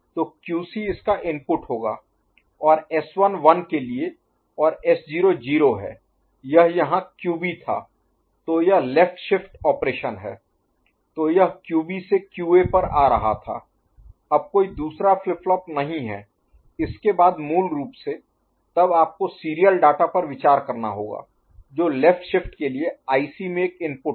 तो QC इसका input होगा और S1 1 के लिए और S0 0 है यह यहाँ QB था तो यह लेफ्ट शिफ्ट ऑपरेशन है तो यह QB से QA पर आ रहा था अब कोई दूसरा फ्लिप फ्लॉप नहीं है इसके बाद मूल रूप से तब आपको सीरियल डाटा पर विचार करना होगा जो लेफ्ट शिफ्ट के लिए आईसी में एक इनपुट था